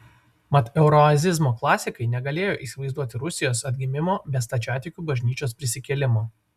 mat euroazizmo klasikai negalėjo įsivaizduoti rusijos atgimimo be stačiatikių bažnyčios prisikėlimo